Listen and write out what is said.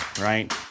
Right